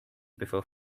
before